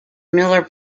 miller